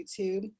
YouTube